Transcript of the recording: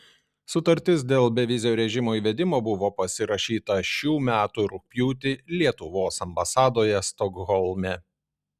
sutartis dėl bevizio režimo įvedimo buvo pasirašyta šių metų rugpjūtį lietuvos ambasadoje stokholme